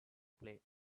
play